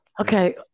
Okay